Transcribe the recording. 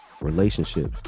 relationships